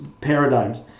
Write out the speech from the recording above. paradigms